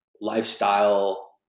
lifestyle